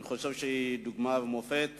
אני חושב שהיא דוגמה ומופת